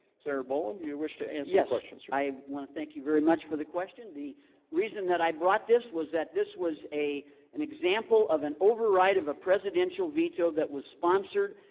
sara boland you wish to and yes i want to thank you very much for the question the reason that i brought this was that this was a an example of an override of a presidential veto that was sponsored